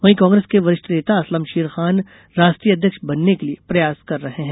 वहीं कांग्रेस के वरिष्ठ नेता असलम शेर खान राष्ट्रीय अध्यक्ष बनने के लिए प्रयास कर रहे हैं